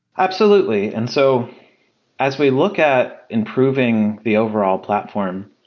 absolutely. and so as we look at improving the overall platform,